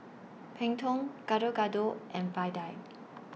Png Tao Gado Gado and Vadai